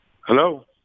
Hello